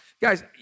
Guys